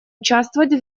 участвовать